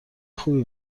خوبی